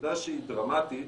נקודה שהיא דרמטית